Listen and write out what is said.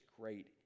great